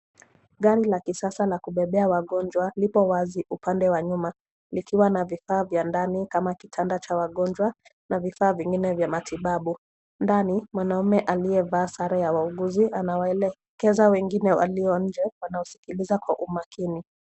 Gari la kisasa la kubebea wagonjwa lipo wazi upande wa nyuma likiwa na vifaa vya ndani kama kitanda cha wagonjwa na vifaa vingine vya matibabu. Ndani, mwanaume aliyevaa sare ya wauguzi anawaelekeza wengine walio nje wanaosikiliza kwa umakini.